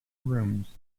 rooms